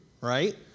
right